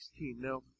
Now